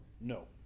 no